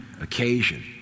occasion